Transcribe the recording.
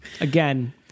Again